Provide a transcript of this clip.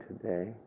today